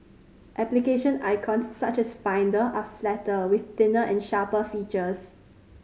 application icons such as Finder are flatter with thinner and sharper features